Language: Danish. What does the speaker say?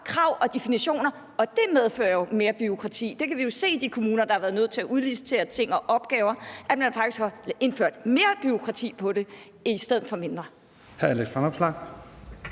krav og definitioner, og det medfører jo mere bureaukrati. Der kan vi jo se i de kommuner, der har været nødt til at udlicitere ting og opgaver, at man faktisk har indført mere bureaukrati i den forbindelse frem for mindre.